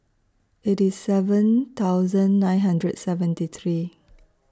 eighty seven thousand nine hundred seventy three